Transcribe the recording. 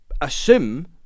assume